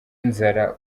inzara